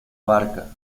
barca